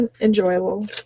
enjoyable